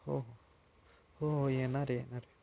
हो हो येणार येणार आहे